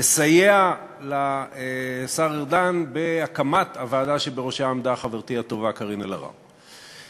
לסייע לשר ארדן בהקמת הוועדה שבראשה עמדה חברתי הטובה קארין אלהרר.